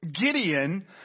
Gideon